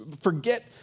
forget